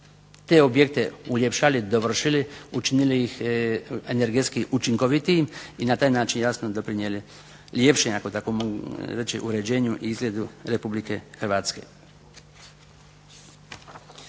te objekte uljepšali, dovršili, učinili ih energetski učinkovitijim i na taj način jasno doprinijeli ljepšem, ako tako mogu reći, uređenju i izgledu Republike Hrvatske.